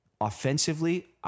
offensively